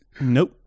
Nope